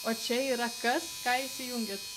o čia yra kas ką jūs įjungėt